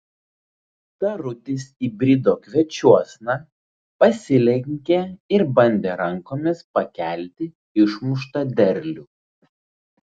tarutis įbrido kviečiuosna pasilenkė ir bandė rankomis pakelti išmuštą derlių